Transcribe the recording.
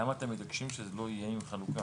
למה אתם מתעקשים שזה לא יהיה עם חלוקה?